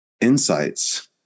insights